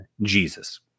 Jesus